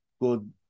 good